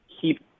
keep